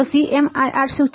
CMRR શું છે